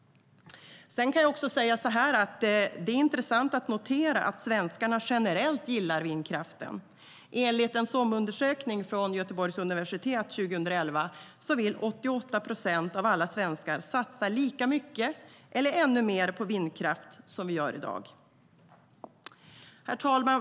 Det kan vara intressant att notera att svenskarna generellt gillar vindkraften. Enligt en SOM-undersökning från Göteborgs universitet 2011 vill 88 procent av alla svenskar satsa lika mycket eller ännu mer på vindkraft som vi gör i dag. Herr talman!